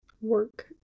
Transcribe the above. work